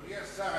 אדוני השר,